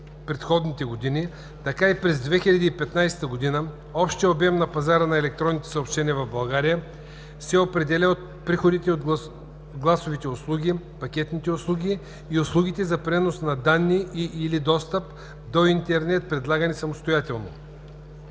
предходните години, така и през 2015 г. общият обем на пазара на електронни съобщения в България се определя от приходите от гласовите услуги, пакетните услуги и услугите за пренос на данни и/или достъп до интернет, предлагани самостоятелно.